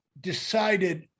decided